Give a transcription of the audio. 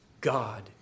God